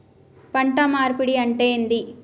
పంట మార్పిడి అంటే ఏంది?